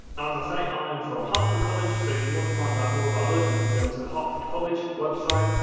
as i say, i'm from hertford college so if you want to find out more about us you can go to the hertford college website.